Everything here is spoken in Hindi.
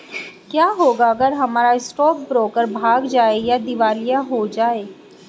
क्या होगा अगर हमारा स्टॉक ब्रोकर भाग जाए या दिवालिया हो जाये?